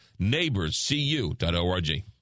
Neighborscu.org